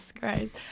Christ